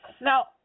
Now –